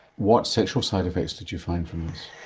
what sexual side effects did you find from this?